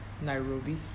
Nairobi